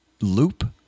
loop